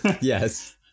Yes